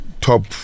top